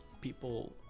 people